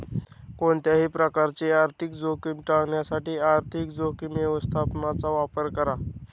कोणत्याही प्रकारची आर्थिक जोखीम टाळण्यासाठी आर्थिक जोखीम व्यवस्थापनाचा वापर करा